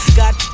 got